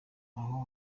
aho